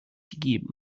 gegeben